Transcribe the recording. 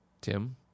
Tim